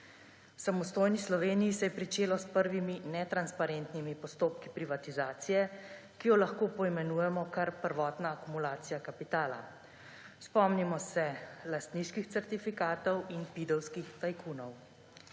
samostojni Sloveniji se je začelo s prvimi netransparentnimi postopki privatizacije, ki jo lahko poimenujemo kar prvotna akumulacija kapitala. Spomnimo se lastniških certifikatov in pidovskih tajkunov.